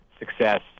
success